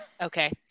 Okay